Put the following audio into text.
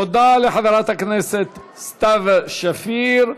תודה לחברת הכנסת סתיו שפיר.